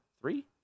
Three